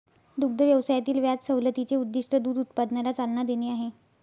दुग्ध व्यवसायातील व्याज सवलतीचे उद्दीष्ट दूध उत्पादनाला चालना देणे आहे